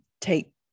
take